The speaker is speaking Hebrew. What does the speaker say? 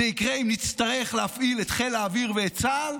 זה יקרה אם נצטרך להפעיל את חיל האוויר ואת צה"ל,